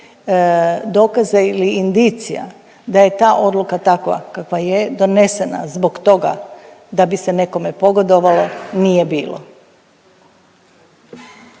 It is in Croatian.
dokaza ili indicija da je ta odluka takva kakva je, donesena zbog toga da bi se nekome pogodovalo, nije bilo.